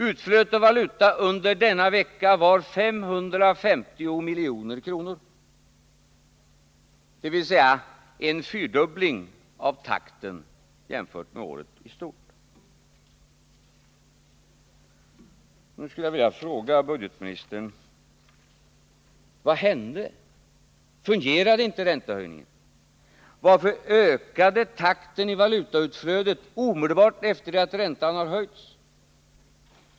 Utflödet av valuta under denna vecka var 550 miljoner, dvs. en fyrdubbling av takten jämfört med året i övrigt. Jag skulle vilja fråga budgetministern: Vad hände? Fungerade inte räntehöjningen? Varför ökade takten i valutautflödet omedelbart efter det att räntan höjdes?